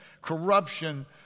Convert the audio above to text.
corruption